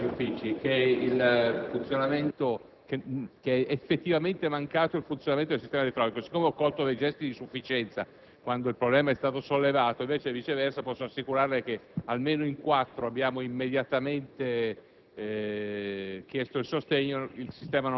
sottolineare a lei ed agli uffici che è effettivamente mancato il funzionamento del sistema elettronico. Siccome ho colto dei gesti di sufficienza quando il problema è stato sollevato, viceversa posso assicurarle che almeno in quattro abbiamo immediatamente